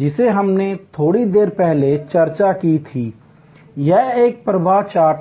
जिसे हमने थोड़ी देर पहले चर्चा की थी यह एक प्रवाह चार्ट है